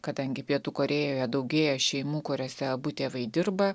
kadangi pietų korėjoje daugėja šeimų kuriose abu tėvai dirba